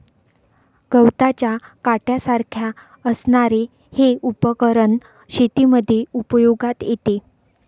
गवताच्या काट्यासारख्या असणारे हे उपकरण शेतीमध्ये उपयोगात येते